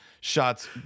shots